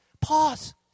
pause